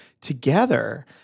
together